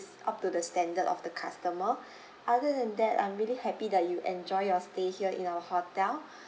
up to the standard of the customer other than that I'm really happy that you enjoy your stay here in our hotel